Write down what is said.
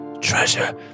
treasure